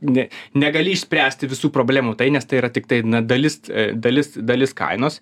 ne negali išspręsti visų problemų tai nes tai yra tiktai na dalis dalis dalis kainos